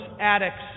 addicts